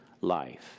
life